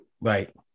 Right